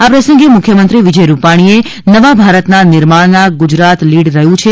આ પ્રસંગે મુખ્યમંત્રી વિજય રૂપાણીએ નવા ભારતના નિર્માણના ગુજરાત લીડ રહ્યું છે